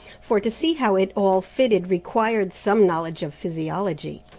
for to see how it all fitted required some knowledge of physiology.